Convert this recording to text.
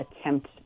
attempt